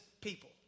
people